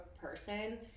person